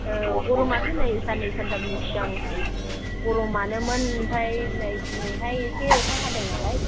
औ गरमाथ' नै साननै सानथामनि सिगां गरमानोमोन आमफाय नै दिनैहाय एसे अखा हादों नालाय